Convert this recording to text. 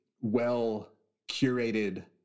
well-curated